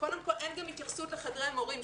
אין גם התייחסות לחדרי המורים.